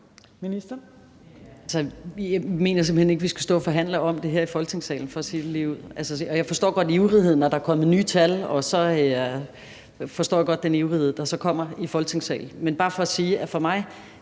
jeg mener simpelt hen ikke, vi skal stå og forhandle om det her i Folketingssalen – for at sige det ligeud. Jeg forstår godt ivrigheden; der er kommet nye tal, og så forstår jeg godt den ivrighed, der så kommer i Folketingssalen. Men det er bare for at sige, at for mig